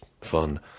fun